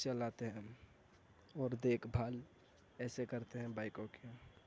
چلاتے ہیں اور دیکھ بھال ایسے کرتے ہیں بائیکوں کی